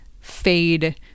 fade